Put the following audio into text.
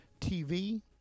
TV